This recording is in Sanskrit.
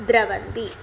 द्रवन्ति